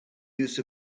use